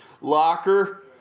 locker